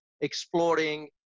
exploring